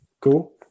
cool